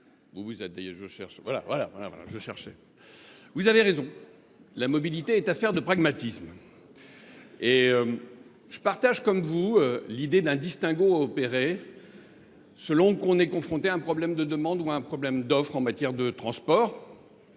vous avez raison, la mobilité est affaire de pragmatisme. Je partage l’idée d’un distinguo à opérer, selon que l’on est confronté à un problème de demande ou d’offre en matière de transport,